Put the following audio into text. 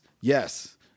yes